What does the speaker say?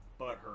butthurt